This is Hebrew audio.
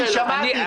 שמעתי.